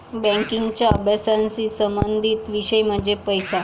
बँकिंगच्या अभ्यासाशी संबंधित विषय म्हणजे पैसा